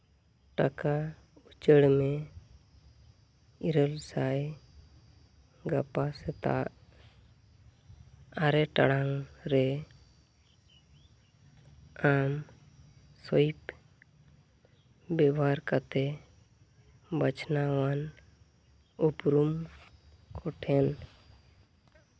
ᱴᱟᱠᱟ ᱩᱪᱟᱹᱲ ᱢᱮ ᱤᱨᱟᱹᱞ ᱥᱟᱭ ᱜᱟᱯᱟ ᱥᱮᱛᱟᱜ ᱟᱨᱮ ᱴᱟᱲᱟᱝ ᱨᱮ ᱟᱢ ᱥᱩᱭᱤᱯ ᱵᱮᱵᱷᱟᱨ ᱠᱟᱛᱮᱫ ᱵᱟᱪᱷᱱᱟᱣᱟᱱ ᱩᱯᱨᱩᱢ ᱠᱚᱴᱷᱮᱱ